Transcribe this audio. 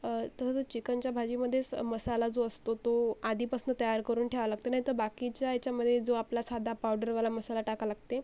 तर तसं तर चिकनच्या भाजीमध्येच मसाला जो असतो तो आधीपासनं तयार करून ठेवा लागते नाहीतर बाकीच्या ह्याच्यामध्ये जो आपला साधा पावडरवाला मसाला टाका लागते